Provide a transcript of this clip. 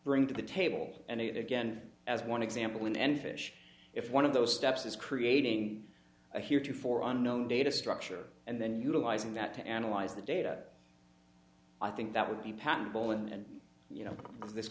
bring to the table and again as one example and fish if one of those steps is creating a huge for unknown data structure and then utilizing that to analyze the data i think that would be patentable and you know this